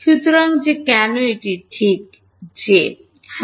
সুতরাং যে কেন এটি ঠিক j হ্যাঁ